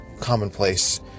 commonplace